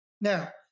Now